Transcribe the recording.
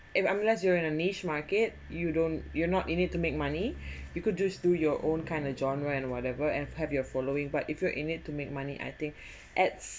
if unless you are in a niche market you don't you're not in need to make money you could just do your own kind of genre and whatever and have your following but if you in need to make money I think adds